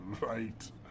right